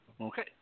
okay